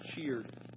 cheered